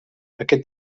aquest